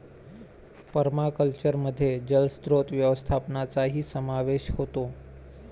पर्माकल्चरमध्ये जलस्रोत व्यवस्थापनाचाही समावेश होतो